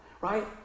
Right